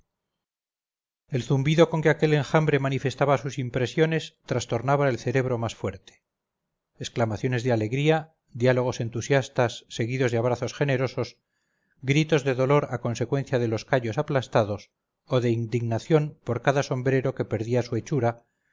el zumbido con que aquel enjambre manifestaba sus impresiones trastornaba el cerebro más fuerte exclamaciones de alegría diálogos entusiastas seguidos de abrazos generosos gritos de dolor a consecuencia de los callos aplastados o de indignación por cada sombrero que perdía su hechura